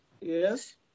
Yes